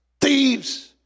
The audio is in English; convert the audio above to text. thieves